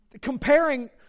Comparing